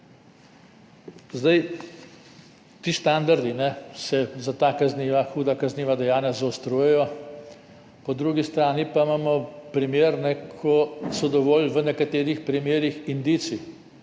Ti standardi se za ta huda kazniva dejanja zaostrujejo, po drugi strani pa imamo primer, ko so dovolj v nekaterih primerih indici,